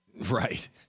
Right